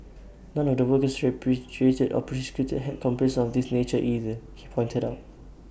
none of the workers repatriated or prosecuted had complaints of this nature either he pointed out